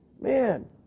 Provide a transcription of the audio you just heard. Man